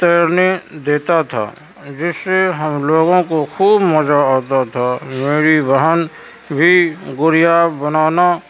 تیرنے دیتا تھا جس سے ہم لوگوں کو خوب مزہ آتا تھا میری بہن بھی گڑیا بنانا